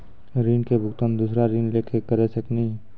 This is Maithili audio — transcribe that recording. ऋण के भुगतान दूसरा ऋण लेके करऽ सकनी?